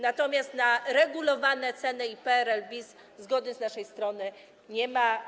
Natomiast na regulowane ceny i PRL-bis zgody z naszej strony nie ma.